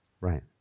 Right